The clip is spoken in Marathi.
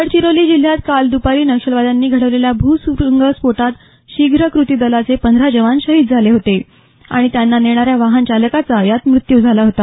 गडचिरोली जिल्ह्यात काल द्पारी नक्षलवाद्यांनी घडवलेल्या भूसुरुंग स्फोटात शीघ्र कृती दलाचे पंधरा जवान शहीद झाले होते आणि त्यांना नेणाऱ्या वाहन चालकाचा यात मृत्यू झाला होता